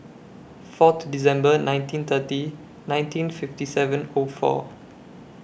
Fourth December nineteen thirty nineteen fifty seven O four